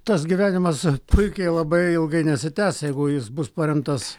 tas gyvenimas puikiai labai ilgai nesitęs jeigu jis bus paremtas